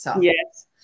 Yes